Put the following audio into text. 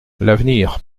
l’avenir